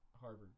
Harvard